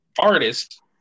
artists